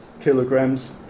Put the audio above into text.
kilograms